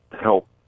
help